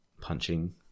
punching